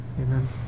amen